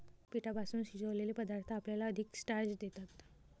पिठापासून शिजवलेले पदार्थ आपल्याला अधिक स्टार्च देतात